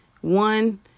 One